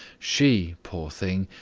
she, poor thing,